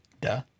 Duh